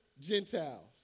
Gentiles